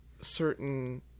certain